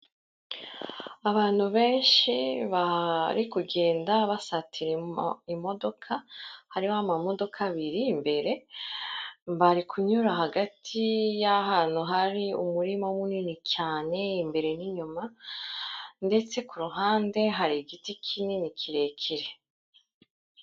Abantu benshi bari kugenda basatira imodoka, hariho amamodoka abiri imbere, bari kunyura hagati y'ahantu hari umurima munini cyane imbere n'inyuma, ndetse ku ruhande hari igiti kinini kirekire.